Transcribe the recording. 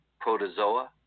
protozoa